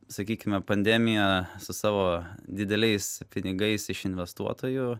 sakykime pandemija su savo dideliais pinigais iš investuotojų